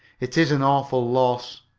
it is an awful loss.